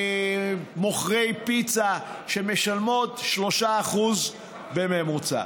מוכרי פיצה, שמשלמים 3% בממוצע.